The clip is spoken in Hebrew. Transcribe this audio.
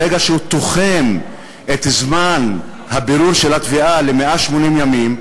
ברגע שהוא תוחם את זמן הבירור של התביעה ל-180 ימים,